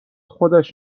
خودش